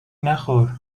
نخور